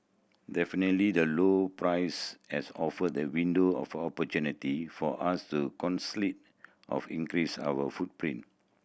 definitely the low price has offered the window of opportunity for us to of increase our footprint